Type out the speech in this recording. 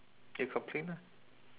you complain lah